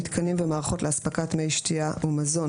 מיתקנים ומערכות לאספקת מי שתיה ומזון,